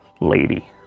lady